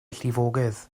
llifogydd